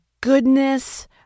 goodness